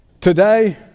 today